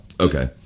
Okay